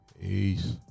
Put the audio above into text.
Peace